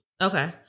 Okay